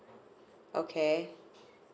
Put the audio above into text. okay